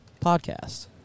podcast